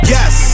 Yes